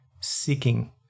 seeking